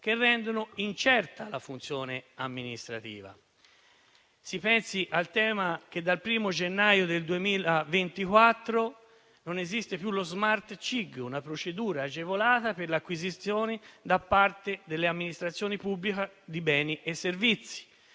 e rendono incerta la funzione amministrativa. Si pensi al tema che dal 1° gennaio del 2024 non esiste più lo *Smart*-CIG, una procedura agevolata per le acquisizioni da parte delle amministrazioni pubbliche di beni e servizi.